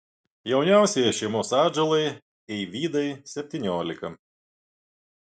jauniausiai šeimos atžalai eivydai septyniolika